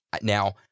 Now